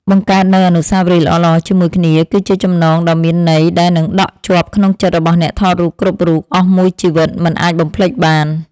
បង្កើតនូវអនុស្សាវរីយ៍ល្អៗជាមួយគ្នាគឺជាចំណងដៃដ៏មានន័យដែលនឹងដក់ជាប់ក្នុងចិត្តរបស់អ្នកថតរូបគ្រប់រូបអស់មួយជីវិតមិនអាចបំភ្លេចបាន។